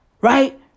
Right